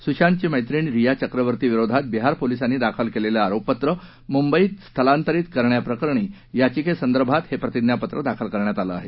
सुशांतची मैत्रीण रिया चक्रवर्तीविरोधात बिहार पोलिसांनी दाखल केलेलं आरोपपत्र मुंबईत स्थलांतरित करण्याप्रकरणी याचिकेसंदर्भात हे प्रतिज्ञापत्र दाखल करण्यात आलं आहे